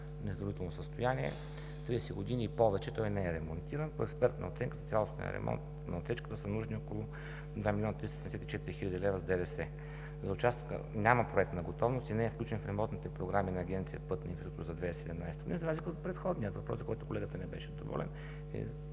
незадоволително състояние – 30 години и повече той не е ремонтиран. По експертна оценка за цялостен ремонт на отсечката са нужни около 2 млн. 374 хил. лв. с ДДС. За участъка няма проектна готовност и не е включен в ремонтните програми на Агенция „Пътна инфраструктура“ за 2017 г., за разлика от предходния въпрос, за който колегата не беше доволен,